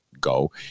go